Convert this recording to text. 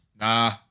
Nah